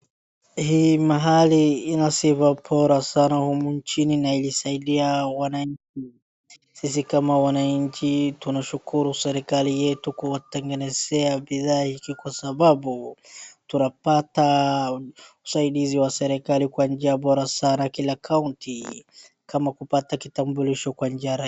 Hii mahali inasifa bora sana humu nchi na inasaidia wananchi. Sisi kama wananchi tunashukuru serikali yetu kuwatengenezea bidhaa hiki kwa sababu, tunapata usaidizi wa serikali kwa njia bora sana kila kaunti. Kama kupata kitambulisho kwa njia ralisi[.]